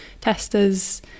testers